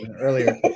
earlier